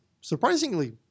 surprisingly